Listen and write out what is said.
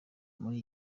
muri